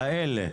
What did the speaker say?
האלה?